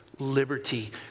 liberty